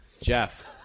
Jeff